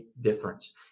difference